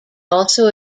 also